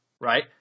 right